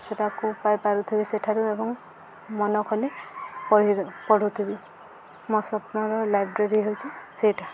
ସେଟାକୁ ପାଇପାରୁଥିବି ସେଠାରୁ ଏବଂ ମନ ଖୋଲି ପଢ଼ୁଥିବି ମୋ ସ୍ୱପ୍ନର ଲାଇବ୍ରେରୀ ହେଉଛି ସେଇଟା